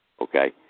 Okay